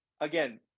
Again